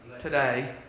today